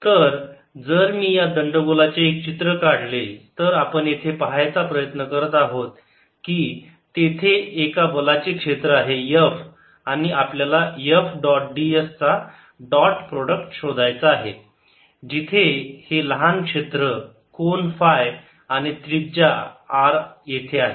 तर जर मी या दंडगोलाचे एक चित्र काढले तर आपण येथे पाहायचा प्रयत्न करत आहोत तेथे एक बलाचे क्षेत्र आहे F आणि आपल्याला F डॉट ds चा डॉट प्रॉडक्ट शोधायचा आहे जिथे हे लहान क्षेत्र कोन फाय आणि त्रिज्या R येथे आहे